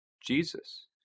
Jesus